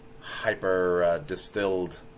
hyper-distilled